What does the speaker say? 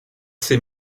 ses